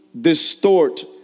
distort